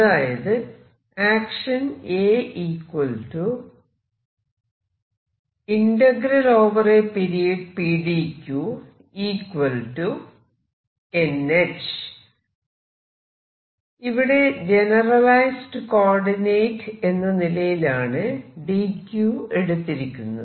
അതായത് ഇവിടെ generalised coordinate എന്ന നിലയിലാണ് dq എടുത്തിരിക്കുന്നത്